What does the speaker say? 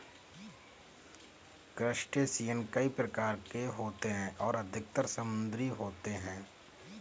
crustacean कई प्रकार के होते हैं और अधिकतर समुद्री होते हैं